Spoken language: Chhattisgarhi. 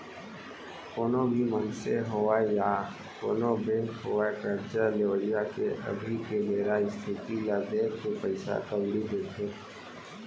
कोनो भी मनसे होवय या कोनों बेंक होवय करजा लेवइया के अभी के बेरा इस्थिति ल देखके पइसा कउड़ी देथे